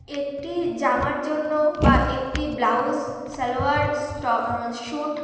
একটি জামার জন্য বা একটি ব্লাউজ সালোয়ার স্ট শ্যুট